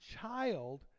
child